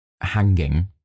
hanging